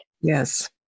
Yes